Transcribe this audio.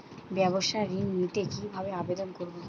ব্যাবসা ঋণ নিতে কিভাবে আবেদন করব?